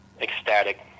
ecstatic